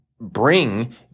bring